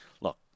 Look